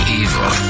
evil